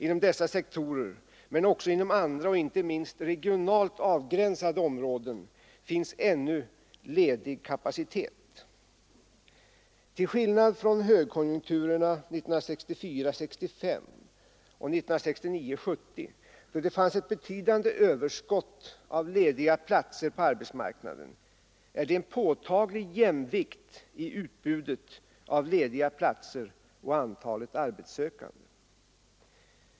Inom dessa sektorer, men också inom andra och inte minst regionalt avgränsade områden, finns ännu ledig kapacitet. Till skillnad från högkonjunkturerna 1964 70, då det fanns ett betydande överskott av lediga platser på arbetsmarknaden, är det en påtaglig jämvikt i utbudet av lediga platser och antalet arbetssökande.